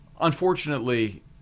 unfortunately